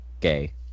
gay